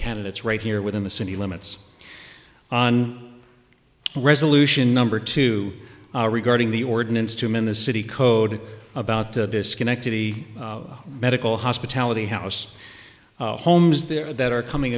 candidates right here within the city limits on resolution number two regarding the ordinance to him in the city code about disconnectedly medical hospitality house homes there that are coming